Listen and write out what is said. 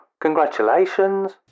congratulations